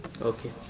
Okay